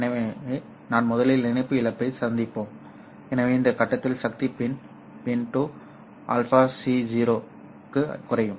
எனவே நான் முதலில் இணைப்பு இழப்பை சந்திப்பேன் எனவே இந்த கட்டத்தில் சக்தி பின் பின் αco க்கு குறையும்